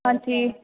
ਹਾਂਜੀ